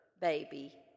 baby